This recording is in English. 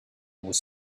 was